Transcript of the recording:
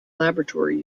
laboratory